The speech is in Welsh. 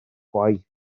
gwaith